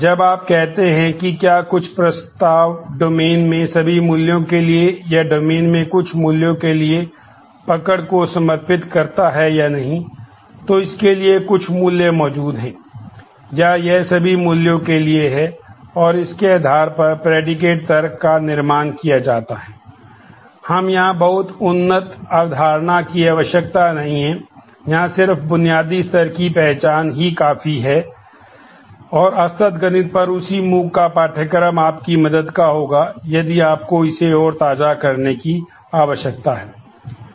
जब आप कहते हैं कि क्या कुछ प्रस्ताव डोमेन तर्क का निर्माण किया जाता है हमें यहाँ बहुत उन्नत अवधारणा की आवश्यकता नहीं है यहाँ सिर्फ बुनियादी स्तर की पहचान ही काफी है और असतत गणित पर उसी MOOC का पाठ्यक्रम आपकी मदद का होगा यदि आपको इसे और ताजा करने की आवश्यकता है